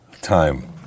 time